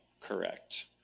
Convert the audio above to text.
correct